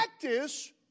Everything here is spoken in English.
Practice